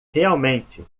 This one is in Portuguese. realmente